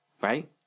right